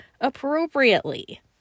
appropriately